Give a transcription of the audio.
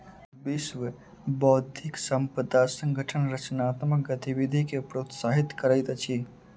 विश्व बौद्धिक संपदा संगठन रचनात्मक गतिविधि के प्रोत्साहित करैत अछि